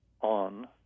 on